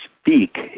speak